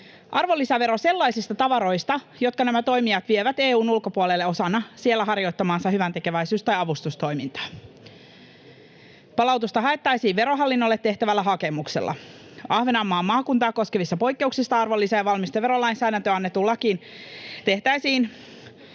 arvonlisävero sellaisista tavaroista, jotka nämä toimijat vievät EU:n ulkopuolelle osana siellä harjoittamaansa hyväntekeväisyys- tai avustustoimintaa. Palautusta haettaisiin Verohallinnolle tehtävällä hakemuksella. Ahvenanmaan maakuntaa koskevista poikkeuksista arvonlisä- ja valmisteverolainsäädäntöön annettuun lakiin tehtäisiin